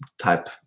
type